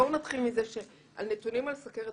בואו נתחיל מזה שהנתונים על סוכרת,